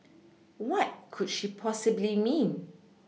what could she possibly mean